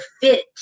fit